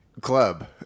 Club